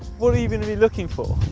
what are you going to be looking for?